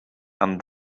and